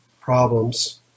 problems